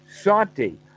Santi